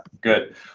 Good